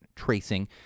tracing